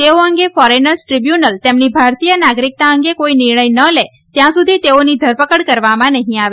તેઓ અંગે ફોરેનર્સટ્રીબ્યુનલ તેમની ભારતીય નાગરિકતા અંગે કોઇ નિર્ણય ન લે ત્યાં સુધી તેઓની ધરપકડ કરવામાં નહી આવે